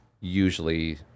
Usually